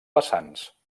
vessants